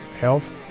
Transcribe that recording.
health